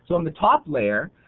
so on the top layer